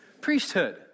Priesthood